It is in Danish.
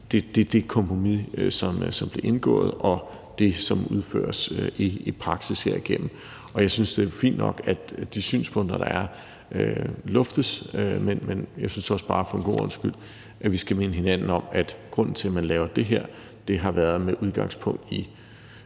det kompromis, som blev indgået, og det, som udføres i praksis herigennem, har også været kendt viden hele vejen igennem. Og jeg synes jo, det er fint nok, at de synspunkter, der er, luftes, men jeg synes også bare for en god ordens skyld, at vi skal minde hinanden om, at når man har lavet det her, har det været med udgangspunkt i